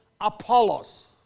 Apollos